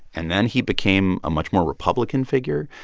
and then he became a much more republican figure.